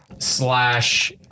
Slash